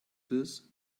this